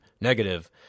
negative